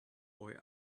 boy